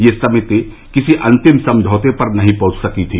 यह समिति किसी अंतिम समझौते पर नहीं पहंच सकी थी